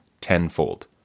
tenfold